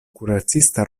kuracista